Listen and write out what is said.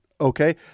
okay